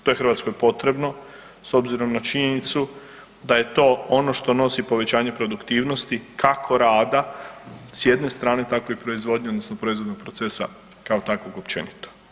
To je Hrvatskoj potrebno s obzirom na činjenicu da je to ono što nosi povećanje produktivnosti kako rada s jedne strane, tako i proizvodnje odnosno proizvodnog procesa kao takvog općenito.